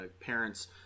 parents